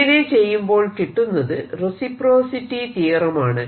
ഇങ്ങനെ ചെയ്യുമ്പോൾ കിട്ടുന്നത് റെസിപ്രോസിറ്റി തിയറം ആണ്